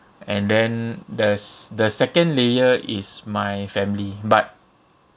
and then thes the second layer is my family but